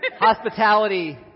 Hospitality